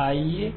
तो आइए